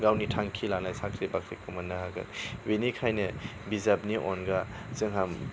गावनि थांखि लानो साख्रि बाख्रिखौ मोन्नो हागोन बेनिखायनो बिजाबनि अनगा जोंहा